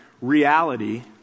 reality